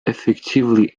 effectively